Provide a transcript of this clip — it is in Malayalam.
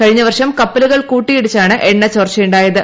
കഴിഞ്ഞ വർഷം കപ്പലുകൾ കൂട്ടിയിടിച്ചാണ് എണ്ണ ചോർച്ചയുണ്ടായത്